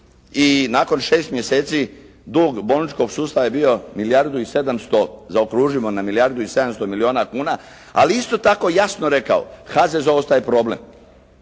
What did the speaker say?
i nakon 6 mjeseci dug bolničkog sustava je bio milijardu i 700, zaokružimo na milijardu i 700 milijuna kuna. Ali je isto tako jasno rekao HZZO ostaje problem.